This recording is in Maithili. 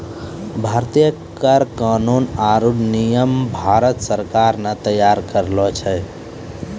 भारतीय कर कानून आरो नियम भारत सरकार ने तैयार करलो छै